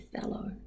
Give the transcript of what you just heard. fellow